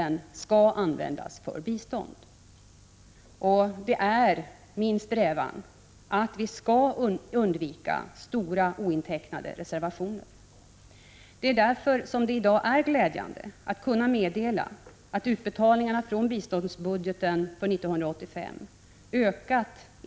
1985/86:117 och det är min strävan att vi skall undvika stora ointecknade reservationer. Därför är det i dag glädjande att kunna meddela att utbetalningarna från biståndsbudgeten har ökat.